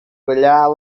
ballar